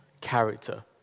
character